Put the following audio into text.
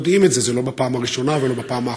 אז אני רוצה לשאול: מאיפה הטמטום הזה מגיע בדיוק?